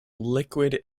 liquid